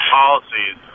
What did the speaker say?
policies